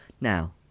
Now